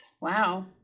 Wow